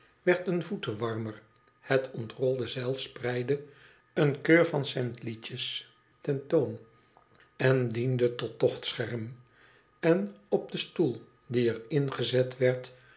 werd een voetenwarmer het ontrolde zeil spreidde een keur van cents liedjes ten toon en diende tot tochtscherm en op den stoel die er in gezet werd